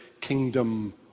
kingdom